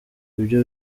ibyo